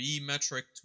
metric